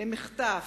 למחטף,